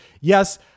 Yes